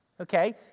Okay